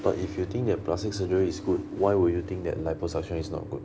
but if you think that plastic surgery is good why will you think that liposuction is not good